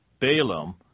Balaam